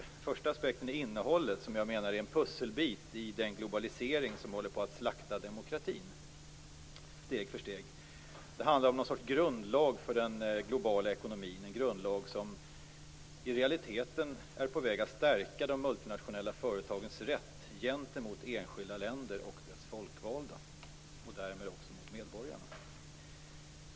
Den första aspekten är innehållet som jag menar är en pusselbit i den globalisering som håller på att slakta demokratin steg för steg. Det handlar om någon sorts grundlag för den globala ekonomin, en grundlag som i realiteten är på väg att stärka de multinationella företagens rätt gentemot enskilda länder och deras folkvalda och därmed också mot medborgarna.